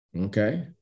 Okay